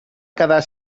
quedar